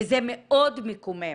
וזה מאוד מקומם.